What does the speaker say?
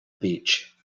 beach